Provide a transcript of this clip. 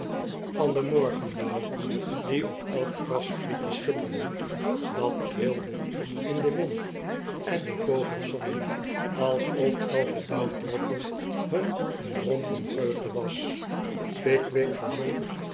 van den morgendauw die op elk grassprietje schitterde dat trilde in den wind en de vogels zongen alsof elke dauwdroppel hun een bron van vreugde was pickwick verzonk